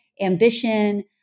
ambition